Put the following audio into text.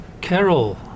Carol